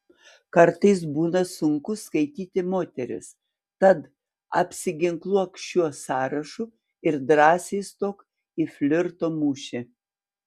kartais būna sunku skaityti moteris tad apsiginkluok šiuo sąrašu ir drąsiai stok į flirto mūšį